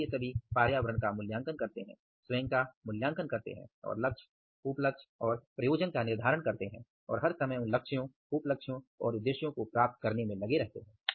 इसलिए सभी पर्यावरण का मूल्यांकन करते हैं स्वयं का मूल्यांकन करतें हैं और लक्ष्य उप लक्ष्य और प्रयोजन का निर्धारण करते हैं और हर समय उन लक्ष्यों उप लक्ष्य और उद्देश्यों को प्राप्त करते रहते हैं